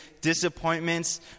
disappointments